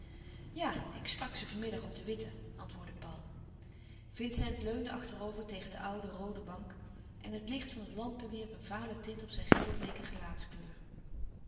ja ik sprak ze vanmiddag op de witte antwoordde paul vincent leunde achterover tegen de oude roode bank en het licht van de lampen wierp een vale tint op zijn geelbleeke gelaatskleur